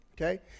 Okay